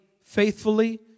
faithfully